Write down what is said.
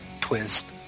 twist